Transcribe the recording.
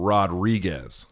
Rodriguez